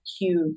huge